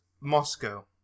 Moscow